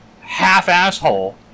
half-asshole